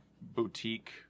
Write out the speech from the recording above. boutique